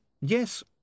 yes